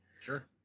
Sure